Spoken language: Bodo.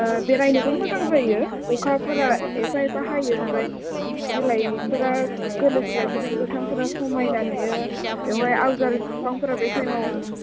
बेरायनोबो मोजां जायो अखाफोरा एफा एफा हायो ओमफ्राय बिलायफोरा गोरलै बिलाइफोरजों गोथांफोरा समायना नुयो बेवहाय आवजार बिफांफोरा बे टाइमाव